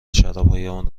شرابهایمان